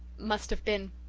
must have been,